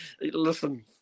listen